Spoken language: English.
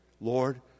Lord